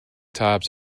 tops